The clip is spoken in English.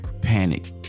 panic